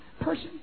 person